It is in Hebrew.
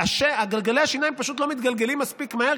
גלגלי השיניים פשוט לא מתגלגלים מספיק מהר,